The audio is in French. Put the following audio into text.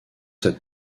cette